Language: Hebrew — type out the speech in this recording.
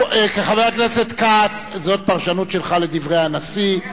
כבוד חבר הכנסת כץ, זאת פרשנות שלך לדברי הנשיא.